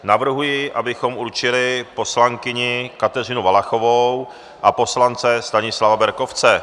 Navrhuji, abychom určili poslankyni Kateřinu Valachovou a poslance Stanislava Berkovce.